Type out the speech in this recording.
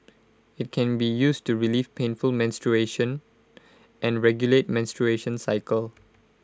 IT can be used to relieve painful menstruation and regulate menstruation cycle